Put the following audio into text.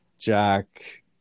Jack